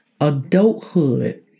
adulthood